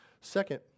Second